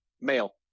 Male